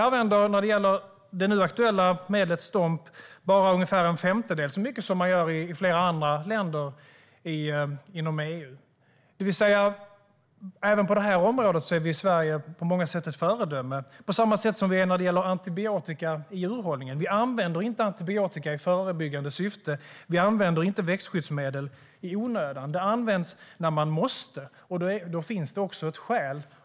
När det gäller det nu aktuella medlet Stomp använder vi bara ungefär en femtedel så mycket som man gör i flera andra länder inom EU. Även på det här området är vi i Sverige alltså på många sätt ett föredöme, på samma sätt som vi är det när det gäller antibiotika i djurhållningen. Vi använder inte antibiotika i förebyggande syfte. Vi använder inte växtskyddsmedel i onödan. Det används när man måste. Då finns det ett skäl.